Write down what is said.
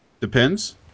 Depends